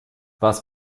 was